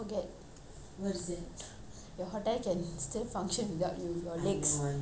your hotel can still function without you your legs